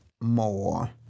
more